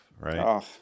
Right